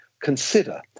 consider